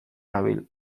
nabil